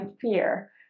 fear